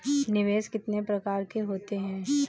निवेश कितने प्रकार के होते हैं?